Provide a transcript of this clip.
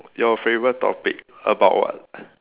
your favorite topic about what